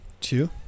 two